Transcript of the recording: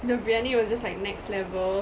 the biryani was just like next level